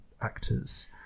actors